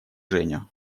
женю